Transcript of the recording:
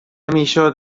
میشد